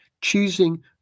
choosing